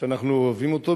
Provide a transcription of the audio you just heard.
שאנחנו אוהבים אותו,